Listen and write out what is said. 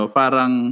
parang